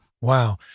Wow